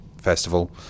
festival